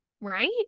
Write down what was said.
Right